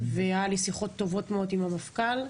והיו לי שיחות טובות מאוד עם המפכ"ל.